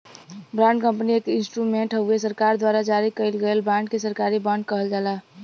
bond company एक instrument हउवे सरकार द्वारा जारी कइल गयल बांड के सरकारी बॉन्ड कहल जाला